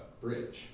bridge